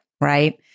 right